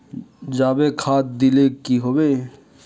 जाबे खाद दिले की होबे?